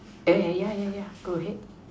eh yeah yeah yeah go ahead